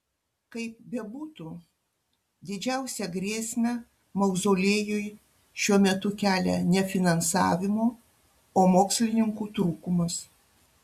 kaip bebūtų didžiausią grėsmę mauzoliejui šiuo metu kelia ne finansavimo o mokslininkų trūkumas